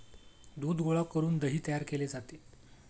दूध गोळा करून दही तयार केले जाते